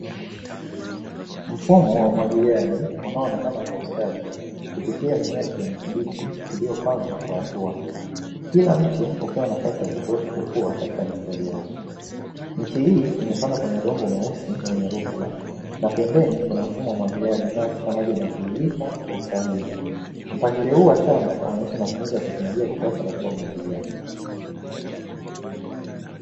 Mfumo wa umwagiliaji unaoonekana kwa ustadi, kupitia mimea ya kijani kibichi iliyopandwa kwa hatua; kila miche ukiwa na nafasi ya kutosha kukua katika mistari yao. Miche hii imepandwa kwenye udongo mweusi mwenye rutuba na pembeni kuna mfumo wa umwagiliaji unaohakikisha maji yanatiririka kwa usahihi. Mpangilio huu wa shamba unaonyesha matumizi ya teknolojia ya kisasa katika umwagiliaji.